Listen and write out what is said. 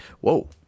whoa